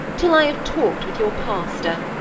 till i have talked with your pastor.